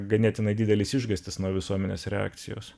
ganėtinai didelis išgąstis nuo visuomenės reakcijos